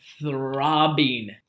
throbbing